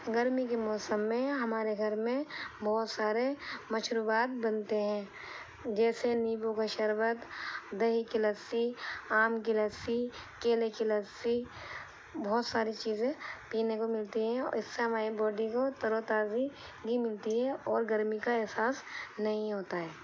گرمی کے موسم میں ہمارے گھر میں بہت سارے مشروبات بنتے ہیں جیسے لیمبو کا شربت دہی کی لسی آم کی لسی کیلے کی لسی بہت ساری چیزیں پینے کو ملتی ہیں اور اس سے ہماری باڈی کو تر و تازگی ملتی ہے اور گرمی کا احساس نہیں ہوتا ہے